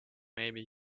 maybe